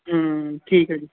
ਹੂੰ ਠੀਕ ਹੈ ਜੀ